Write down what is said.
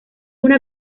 una